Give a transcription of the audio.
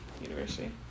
university